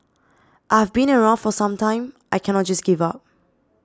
I've been around for some time I cannot just give up